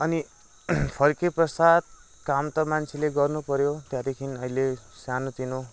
अनि फर्किएपश्चात काम त मान्छेले गर्नु पऱ्यो त्यहाँदेखि अहिले सानो तिनो